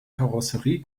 karosserie